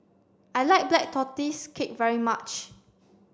I like black tortoise cake very much